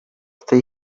stay